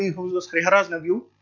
who was was harihara's nephew.